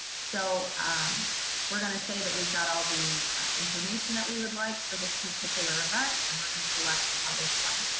so we're going to say that we've got all the information that we would like for this particular event and we're going to select the publish button.